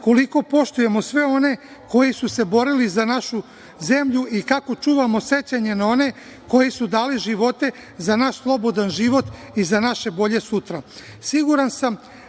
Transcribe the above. koliko poštujemo sve one koji su se borili za našu zemlju i kako čuvamo sećanje na one koji su dali živote za naš slobodan život i za naše bolje sutra. Siguran sam